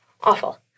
awful